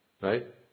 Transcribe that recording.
Right